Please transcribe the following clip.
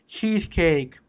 cheesecake